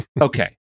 Okay